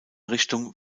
richtung